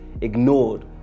ignored